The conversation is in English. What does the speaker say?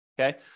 okay